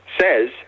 says